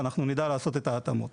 ואנחנו נדע לעשות את ההתאמות.